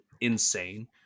insane